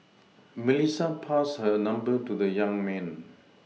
Melissa passed her number to the young man